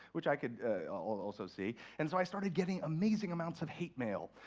which i could also see. and so i started getting amazing amounts of hate mail,